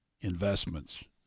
investments